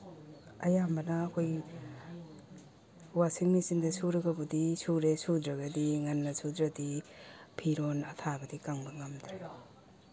ꯑꯌꯥꯝꯕꯅ ꯑꯩꯈꯣꯏ ꯋꯥꯁꯤꯡ ꯃꯦꯆꯤꯟꯗ ꯁꯨꯔꯒꯕꯨꯗꯤ ꯁꯨꯔꯦ ꯁꯨꯗ꯭ꯔꯒꯗꯤ ꯉꯟꯅ ꯁꯨꯗ꯭ꯔꯗꯤ ꯐꯤꯔꯣꯟ ꯑꯊꯥꯕꯗꯤ ꯀꯪꯕ ꯉꯝꯗ꯭ꯔꯦ